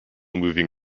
moving